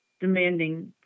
demanding